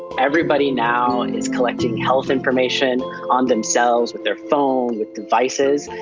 everybody now is collecting health information on themselves, with their phone, with devices.